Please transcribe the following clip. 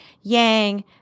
Yang